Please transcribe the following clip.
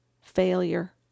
failure